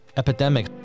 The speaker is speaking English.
epidemic